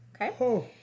Okay